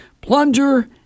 Plunger